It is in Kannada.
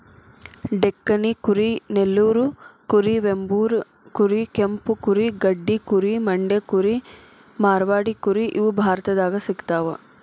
ಡೆಕ್ಕನಿ ಕುರಿ ನೆಲ್ಲೂರು ಕುರಿ ವೆಂಬೂರ್ ಕುರಿ ಕೆಂಪು ಕುರಿ ಗಡ್ಡಿ ಕುರಿ ಮಂಡ್ಯ ಕುರಿ ಮಾರ್ವಾಡಿ ಕುರಿ ಇವು ಭಾರತದಾಗ ಸಿಗ್ತಾವ